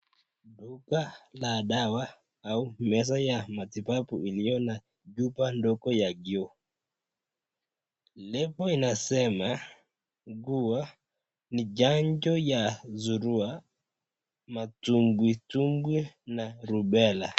Duka la dawa au meza ya matibabu iliyo na chupa ndogo ya kioo. Lebo inasema kuwa ni chanjo ya surua , matumbwitumbwi na rubella.